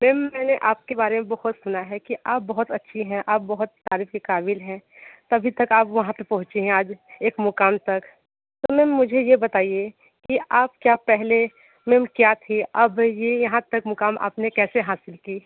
ma'am मैंने आपके बारे में बहुत सुना है कि आप बहुत अच्छी हैं आप बहुत तारीफ़ के क़ाबिल है तभी तक आप वहाँ पर पहुंची हैं आज एक मुक़ाम तक तो मैम मुझे ये बताइए कि आप क्या पहले क्या थी अब ये यहाँ तक मुक़ाम आप ने कैसे हासिल की